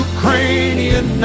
Ukrainian